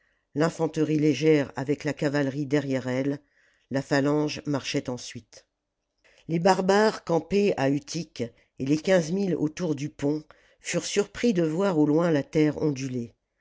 l'infanterie légère avec la cavalerie derrière elle la phalange marchait ensuite les barbares campés à utique et les quinze mille autour du pont furent surpris de voir au loin la terre onduler